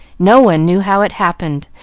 no one knew how it happened,